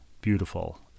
beautiful